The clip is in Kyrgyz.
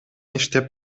иштеп